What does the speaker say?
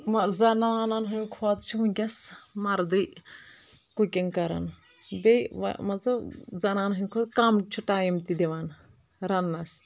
زنانَن ہُنٛد کھۅتہٕ چھِ وُنکٮ۪س مردٕے کُکِنٛگ کَران بیٚیہِ وۅنۍ مان ژٕ زنانَن ہٕنٛدِ کھۅتہٕ کم چھُ ٹایم تہِ دِوان رننَس